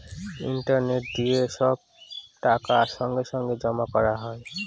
internet দিয়ে সব টাকা সঙ্গে সঙ্গে জমা করা হয়